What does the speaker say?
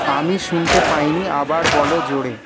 আমি শুনতে পাইনি আবার বলো জোরে